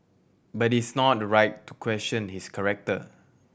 but it's not right to question his character